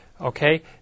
Okay